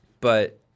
But-